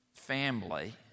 family